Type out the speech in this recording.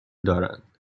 دارند